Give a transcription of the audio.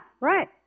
right